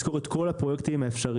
סוקרים את כל הפרויקטים האפשריים,